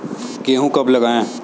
गेहूँ कब लगाएँ?